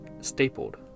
stapled